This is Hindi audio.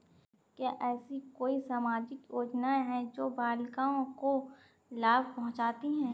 क्या ऐसी कोई सामाजिक योजनाएँ हैं जो बालिकाओं को लाभ पहुँचाती हैं?